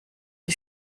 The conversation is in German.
die